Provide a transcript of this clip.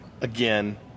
again